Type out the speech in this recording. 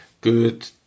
good